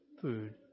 food